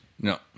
No